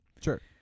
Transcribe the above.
Sure